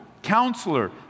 Counselor